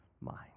mind